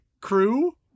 crew